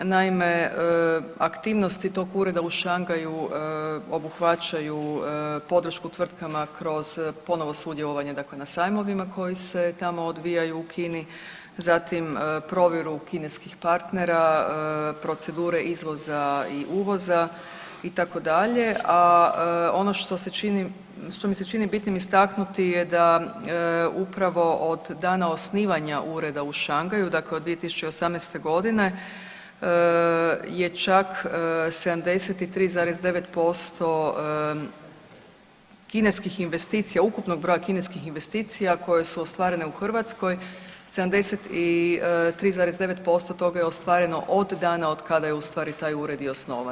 Naime, aktivnosti tog Ureda u Šangaju obuhvaćaju podršku tvrtkama kroz ponovo sudjelovanje dakle na sajmovima koji se tamo odvijaju u Kini, zatim provjeru kineskih partnera, procedure izvoza i uvoza, itd., a ono što se čini, što mi se čini bitnim istaknuti je da upravo od dana osnivanja Ureda u Šangaju, dakle od 2018. g. je čak 73,9% kineskih investicija, ukupnog broja kineskih investicija koje su ostvarene u Hrvatskoj, 73,9% toga je ostvareno od dana od kada je ustvari taj Ured i osnovan.